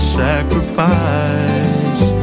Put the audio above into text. sacrifice